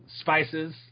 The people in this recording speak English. spices